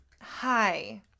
Hi